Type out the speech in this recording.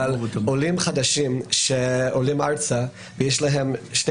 עולים חדשים שעולים ארצה ויש להם שני